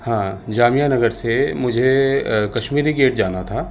ہاں جامعہ نگر سے مجھے کشمیری گیٹ جانا تھا